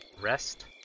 rest